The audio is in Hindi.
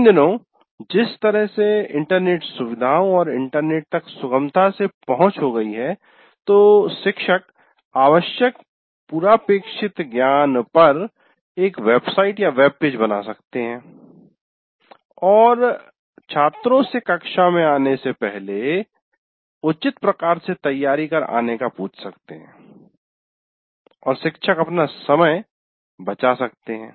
इन दिनों जिस तरह की इंटरनेट सुविधाओं और इंटरनेट तक सुगमता से पहुंच हो गयी है तो शिक्षक आवश्यक पूर्वापेक्षित ज्ञान पर एक वेबसाइटवेबपेज बना सकते हैं और छात्रों से कक्षा में आने से पहले उचित प्रकार से तैयारी कर आने का पूछ सकते हैं और शिक्षक अपना समय बचा सकते है